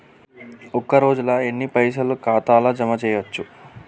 ఒక రోజుల ఎన్ని పైసల్ ఖాతా ల జమ చేయచ్చు?